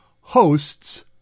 hosts